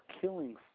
killing